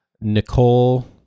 Nicole